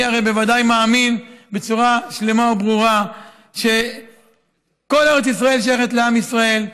אני הרי בוודאי מאמין בצורה שלמה וברורה שכל ארץ ישראל שייכת לעם ישראל.